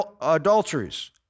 adulteries